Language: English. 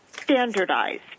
standardized